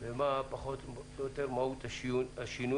ומה פחות או יותר מהות השינויים,